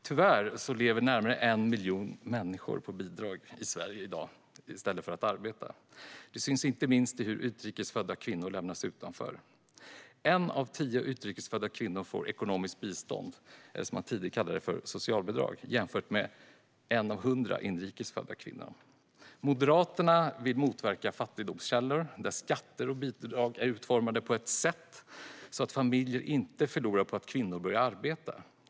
Tyvärr lever närmare 1 miljon människor på bidrag i Sverige i dag i stället för att arbeta. Det syns inte minst i hur utrikes födda kvinnor lämnas utanför. En av tio utrikes födda kvinnor får ekonomiskt bistånd, det som man tidigare kallade socialbidrag, jämfört med en av hundra inrikes födda kvinnor. Moderaterna vill motverka fattigdomsfällor genom att utforma skatter och bidrag på ett sätt så att familjer inte förlorar på att kvinnor börjar arbeta.